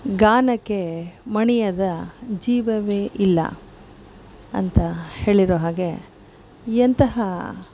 ಗಾನಕ್ಕೆ ಮಣಿಯದ ಜೀವವೇ ಇಲ್ಲ ಅಂತ ಹೇಳಿರೊ ಹಾಗೆ ಎಂತಹ